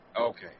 Okay